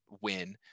win